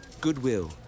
Goodwill